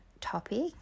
topic